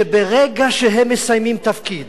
שברגע שהם מסיימים תפקיד